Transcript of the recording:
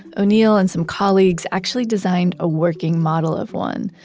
o'neill and some colleagues actually designed a working model of one.